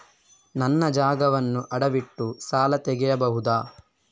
ನನ್ನ ಜಾಗವನ್ನು ಅಡವಿಟ್ಟು ಸಾಲ ತೆಗೆಯಬಹುದ?